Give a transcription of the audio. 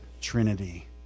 trinity